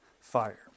fire